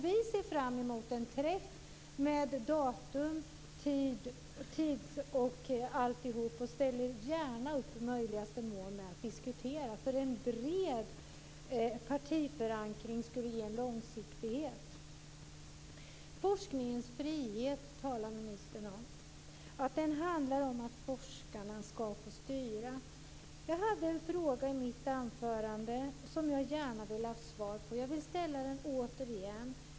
Vi ser fram emot en träff med datum, tid och allt och ställer gärna upp för att i möjligaste mån diskutera, eftersom en bred partiförankring skulle ge en långsiktighet. Ministern talar om att forskningens frihet handlar om att forskarna ska få styra. Jag hade en fråga i mitt anförande som jag gärna vill ha svar på. Jag vill ställa den återigen.